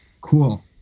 Cool